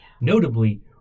Notably